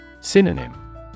Synonym